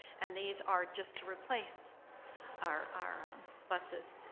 and these are just to replace our our um buses.